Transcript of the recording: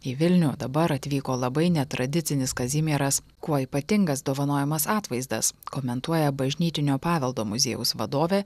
į vilnių dabar atvyko labai netradicinis kazimieras kuo ypatingas dovanojamas atvaizdas komentuoja bažnytinio paveldo muziejaus vadovė